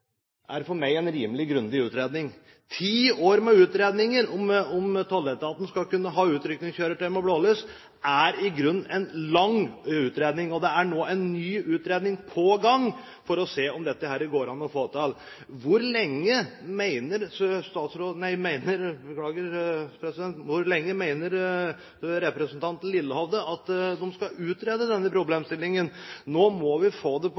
med utredninger om tolletaten skal kunne ha utrykningskjøretøy med blålys, er i grunnen en lang utredning, og det er nå en ny utredning på gang for å se om dette går an å få til. Hvor lenge mener representanten Lillehovde at de skal utrede denne problemstillingen? Nå må vi få det på